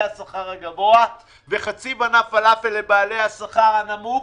השכר הגבוה וחצי מנה פלאפל לבעלי השכר הנמוך,